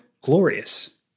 glorious